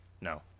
no